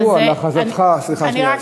סמכו על הכרזתך, אז אני רק, סליחה שנייה.